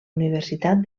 universitat